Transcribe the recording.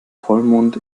vollmond